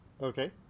Okay